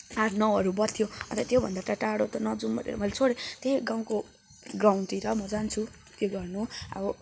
आठ नौहरू बज्थ्यो अनि त त्योभन्दा त टाढो त नजाउँ भनेर मैले छोडे्ँ त्यही हो गाउँको गाउँतिर म जान्छुँ के गर्नु अब